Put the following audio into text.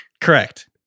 Correct